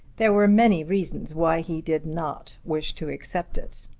there were many reasons why he did not wish to accept it.